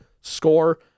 score